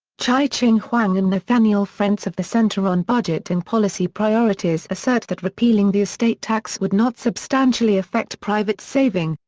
chye-ching huang and nathaniel frentz of the center on budget and policy priorities assert that repealing the estate tax would not substantially affect private saving.